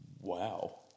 Wow